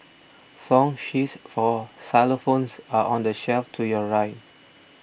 song sheets for xylophones are on the shelf to your right